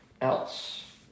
else